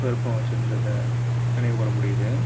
விருப்பம் வச்சுருந்த நினைவு கூற முடியுது